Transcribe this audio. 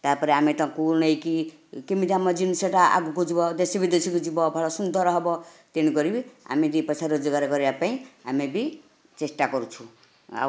ତା'ପରେ ଆମେ ତାଙ୍କୁ ନେଇକି କେମିତି ଆମ ଜିନିଷଟା ଆଗକୁ ଯିବ ଦେଶ ବିଦେଶକୁ ଯିବ ଭଲ ସୁନ୍ଦର ହେବ ତେଣୁକରିକି ଆମେ ଦୁଇପଇସା ରୋଜଗାର କରିବା ପାଇଁ ଆମେ ବି ଚେଷ୍ଟା କରୁଛୁ ଆଉ